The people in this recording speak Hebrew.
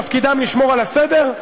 תפקידם לשמור על הסדר,